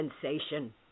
sensation